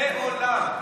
לעולם.